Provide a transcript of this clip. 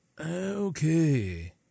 Okay